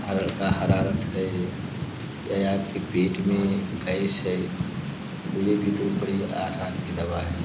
हल्की हरारत है या आपकी पेट में गैस है तो यह भी तो बड़ी आसान की दवा है